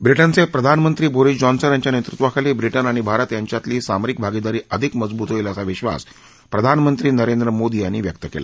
व्रिटनचे प्रधानमंत्री Boris Johnson यांच्या नेतृत्वाखाली व्रिटन आणि भारत यांच्यातली सामरिक भागिदारी अधिक मजबूत होईल असा विधास प्रधानमंत्री नरेंद्र मोदी यांनी व्यक्त केला